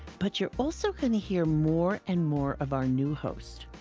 but you're also going hear more and more of our new host,